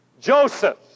Joseph